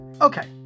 Okay